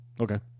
Okay